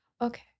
Okay